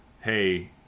hey